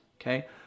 okay